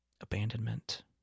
abandonment